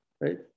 right